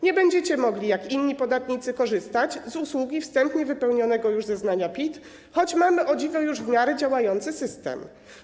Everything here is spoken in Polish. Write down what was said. Nie będziecie mogli, tak jak inni podatnicy, korzystać z usługi wstępnie wypełnionego już zeznania PIT, choć mamy o dziwo już w miarę działający system.